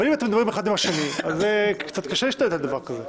אבל אם אתם מדברים אחד עם השני אז קצת קשה להשתלט על דבר כזה.